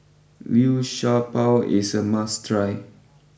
Liu Sha Bao is a must try